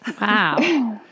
Wow